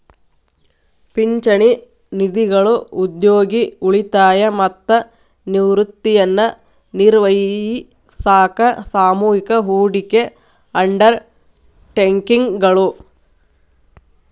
ಪಿಂಚಣಿ ನಿಧಿಗಳು ಉದ್ಯೋಗಿ ಉಳಿತಾಯ ಮತ್ತ ನಿವೃತ್ತಿಯನ್ನ ನಿರ್ವಹಿಸಾಕ ಸಾಮೂಹಿಕ ಹೂಡಿಕೆ ಅಂಡರ್ ಟೇಕಿಂಗ್ ಗಳು